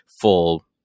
full